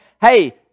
Hey